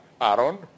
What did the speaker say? Aaron